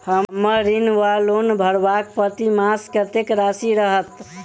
हम्मर ऋण वा लोन भरबाक प्रतिमास कत्तेक राशि रहत?